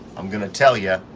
i'm going to tell you,